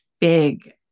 big